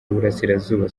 y’iburasirazuba